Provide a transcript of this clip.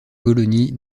colonies